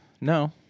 No